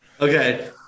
Okay